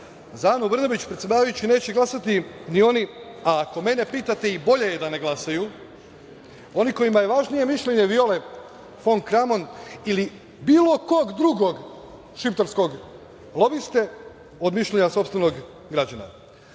Anu Brnabić, predsedavajući, neće glasati ni oni, a ako mene pitate, bolje je da ne glasaju, kojima je važnije mišljenje Viole fon Kramon ili bilo kog drugog šiptarskog lobiste od mišljenja sopstvenog građana.Za